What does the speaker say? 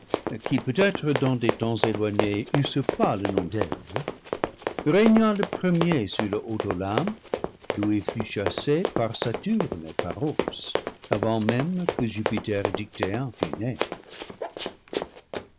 peut-être dans des temps éloignés usurpa le nom d'eve régna le premier sur le haut olympe d'où il fut chassé par saturne et par ops avant même que jupiter dictéen